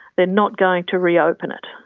they're not going to reopen it.